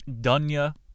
Dunya